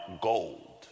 gold